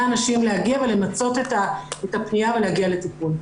אנשים להגיע ולמצות את הפנייה ולהגיע לטיפול.